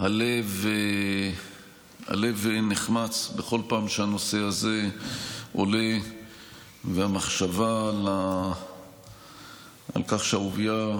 הלב נחמץ בכל פעם שהנושא הזה עולה והמחשבה על כך שאהוביה,